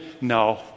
no